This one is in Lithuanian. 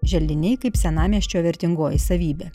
želdiniai kaip senamiesčio vertingoji savybė